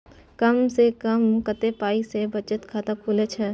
कम से कम कत्ते पाई सं बचत खाता खुले छै?